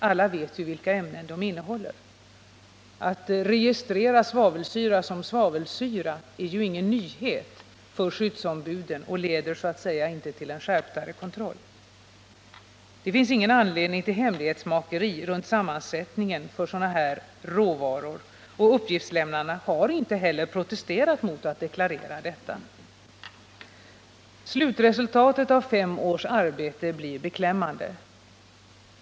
Alla vet ju vilket ämne de innehåller — att registrera svavelsyra som svavelsyra är ju ingen nyhet för skyddsombuden och leder inte till en mera skärpt kontroll. Det finns ingen anledning till hemlighetsmakeri runt sammansättningen av sådana råvaror, och uppgiftslämnarna har heller inte protesterat mot att deklarera denna. Slutresultatet av fem års arbete blir beklämmande.